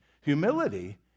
humility